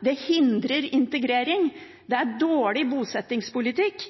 Det hindrer integrering. Det er dårlig bosettingspolitikk.